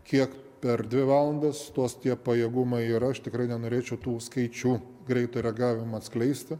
kiek per dvi valandas tuos tie pajėgumai yra aš tikrai nenorėčiau tų skaičių greito reagavimo atskleisti